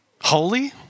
Holy